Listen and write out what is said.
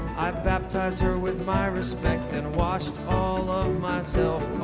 i baptized her with my respect and washed all of myself